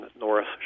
Norris